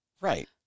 Right